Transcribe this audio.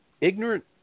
ignorant